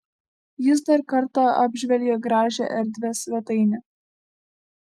jis dar kartą apžvelgė gražią erdvią svetainę